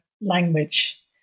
language